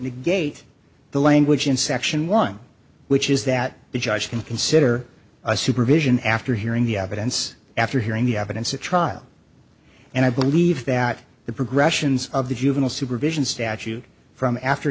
negate the language in section one which is that the judge can consider a supervision after hearing the evidence after hearing the evidence at trial and i believe that the progressions of the juvenile supervision statute from after